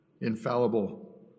infallible